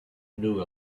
knew